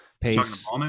Pace